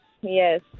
Yes